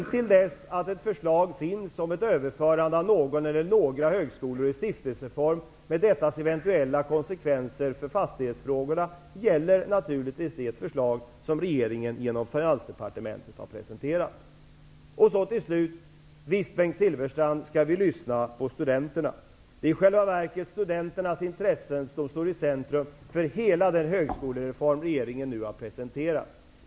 Intill dess att ett förslag finns om ett överförande av någon eller några högskolor i stiftelseform med dettas eventuella konsekvenser för fastighetsfrågorna gäller naturligtvis det förslag som regeringen via Finansdepartementet har presenterat. Till sist: Visst, Bengt Silfverstrand, skall vi lyssna på studenterna. Det är i själva verket studenternas intressen som står i centrum för hela den högskolereform som regeringen nu har presenterat.